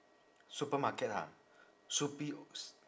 supermarket ha supe~